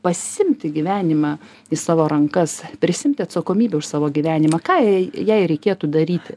pasiimti gyvenimą į savo rankas prisiimti atsakomybę už savo gyvenimą ką jai jai reikėtų daryti